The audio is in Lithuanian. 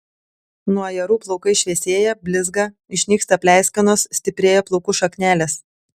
nuo ajerų plaukai šviesėja blizga išnyksta pleiskanos stiprėja plaukų šaknelės